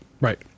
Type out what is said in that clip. Right